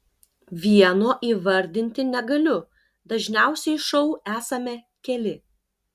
vieno įvardinti negaliu dažniausiai šou esame keli